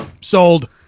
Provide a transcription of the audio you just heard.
sold